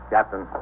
Captain